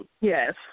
Yes